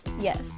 Yes